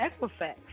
Equifax